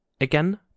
Again